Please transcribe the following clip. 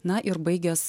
na ir baigęs